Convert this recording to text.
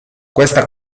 questa